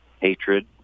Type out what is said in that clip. hatred